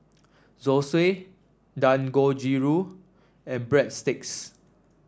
Zosui Dangojiru and Breadsticks